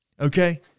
Okay